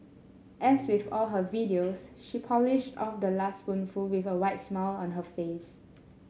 as with all her videos she polished off the last spoonful with a wide smile on her face